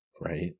Right